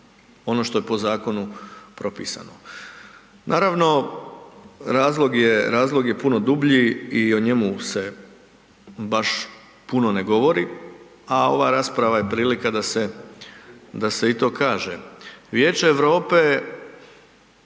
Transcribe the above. ono što je po zakonu propisano. Naravno, razlog je, razlog je puno dublji i o njemu se baš puno ne govori, a ova rasprava je prilika da se, da se i to kaže. Vijeće Europe